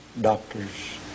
doctors